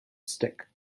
stick